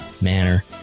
manner